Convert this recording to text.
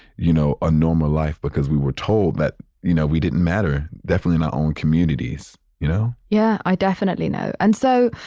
you know, a normal life because we were told that, you know, we didn't matter. definitely in our own communities, you know? yeah, i definitely know. and so,